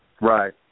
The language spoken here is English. Right